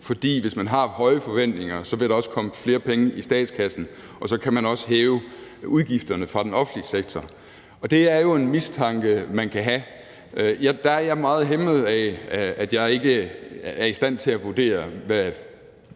for hvis man har høje forventninger, vil der også komme flere penge i statskassen, og så kan man også hæve udgifterne fra den offentlige sektor. Og det er jo en mistanke, man kan have. Der er jeg meget hæmmet af, at jeg ikke er i stand til at vurdere, hvad